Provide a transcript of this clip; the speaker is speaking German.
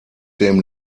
dem